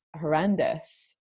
horrendous